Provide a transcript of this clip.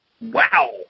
Wow